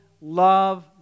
love